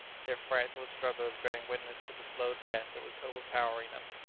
their frightful struggles bearing witness to the slow death that was overpowering them.